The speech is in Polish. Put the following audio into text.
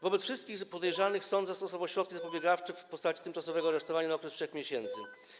Wobec wszystkich podejrzanych sąd zastosował środki zapobiegawcze w postaci tymczasowego aresztowania na okres 3 miesięcy.